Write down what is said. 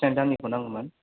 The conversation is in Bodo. बेसेबां दामनिखौ नांगौमोन